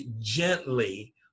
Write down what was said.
gently